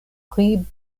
pri